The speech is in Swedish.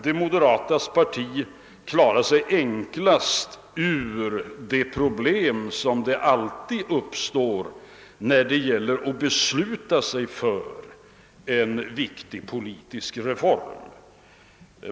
De moderatas parti har som sagt enklast klarat av de problem som alltid uppstår när det gäller att besluta sig för en viktig politisk reform.